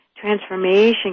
transformation